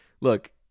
Look